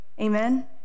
Amen